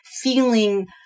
feeling